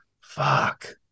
fuck